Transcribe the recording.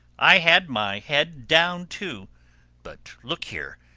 i had my head down too but look here,